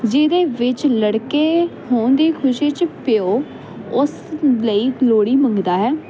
ਜਿਹਦੇ ਵਿੱਚ ਲੜਕੇ ਹੋਣ ਦੀ ਖੁਸ਼ੀ ਚ ਪਿਓ ਉਸ ਲਈ ਲੋਹੜੀ ਮੰਗਦਾ ਹੈ